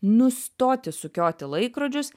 nustoti sukioti laikrodžius